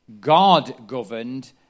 God-governed